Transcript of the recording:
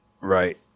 Right